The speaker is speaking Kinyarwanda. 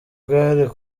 bwari